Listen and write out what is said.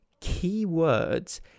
keywords